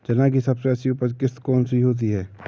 चना की सबसे अच्छी उपज किश्त कौन सी होती है?